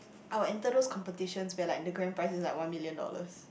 I will enter those competitions where like the grand prizes like one million dollars